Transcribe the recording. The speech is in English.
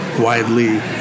widely